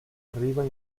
arriva